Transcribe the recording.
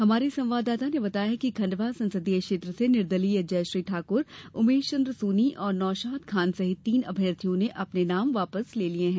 हमारे संवाददाता ने बताया कि खंडवा संसदीय क्षेत्र से निर्दलीय जयश्री ठाक्र उमेशचंद्र सोनी और नौशाद खान सहित तीन अभ्यर्थियों ने अपने नाम वापस ले लिये हैं